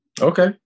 Okay